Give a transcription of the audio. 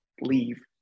leave